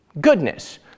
goodness